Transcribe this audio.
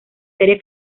serie